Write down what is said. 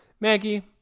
Maggie